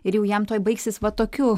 ir jau jam tuoj baigsis va tokiu